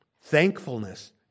Thankfulness